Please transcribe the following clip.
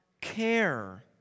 care